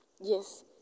Yes